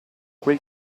quel